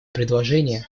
предложение